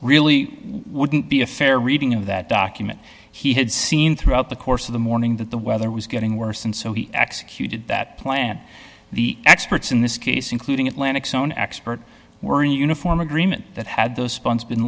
really wouldn't be a fair reading of that document he had seen throughout the course of the morning that the weather was getting worse and so he executed that plan the experts in this case including atlantics own expert were in uniform agreement that had those spawn's been